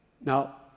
Now